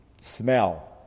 smell